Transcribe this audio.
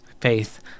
faith